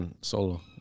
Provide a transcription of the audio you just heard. solo